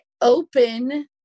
Open